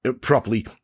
properly